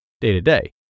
day-to-day